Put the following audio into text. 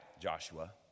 Joshua